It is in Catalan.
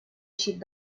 eixit